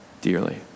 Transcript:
dearly